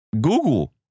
Google